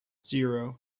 zero